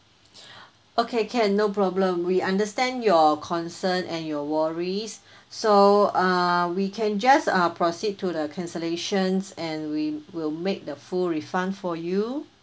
okay can no problem we understand your concern and your worries so uh we can just proceed to the cancellations and we will make the full refund for you